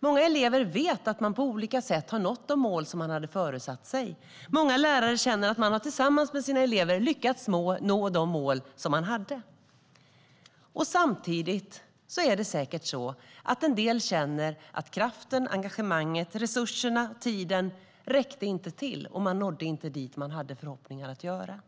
Många elever vet att de på olika sätt nått de mål de hade föresatt sig, och många lärare känner att de tillsammans med sina elever har lyckats nå de mål som fanns. Men samtidigt är det säkert så att en del känner att kraften, engagemanget, resurserna och tiden inte räckte till och att de inte nådde dit de hade förhoppningar om att nå.